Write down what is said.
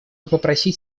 попросить